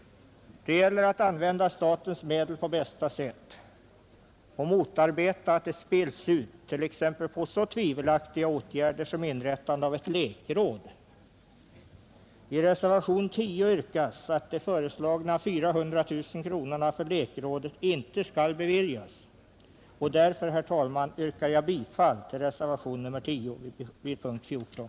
Det gäller att använda statens medel på bästa sätt och motarbeta att de spills ut på exempelvis så tvivelaktiga åtgärder som inrättandet av ett lekråd. I reservationen 10 yrkas att de föreslagna 400 000 kronorna till lekrådet inte skall beviljas. Därför, herr talman, yrkar jag bifall till reservationen 10 vid punkten 14.